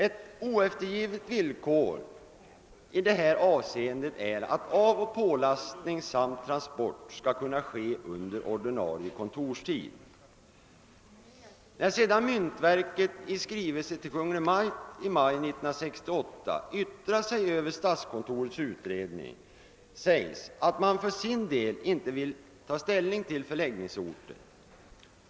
Ett oeftergivligt villkor i detta avseende är att avoch pålastning samt transport skall kunna ske under ordinarie kontorstid. Myntverket, som i skrivelse till Kungl. Maj:t i maj 1968 yttrade sig över statskontorets utredning, skrev att myntverket inte ville ta ställning till förläggningsorten.